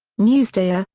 newsday. ah